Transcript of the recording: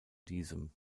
diesem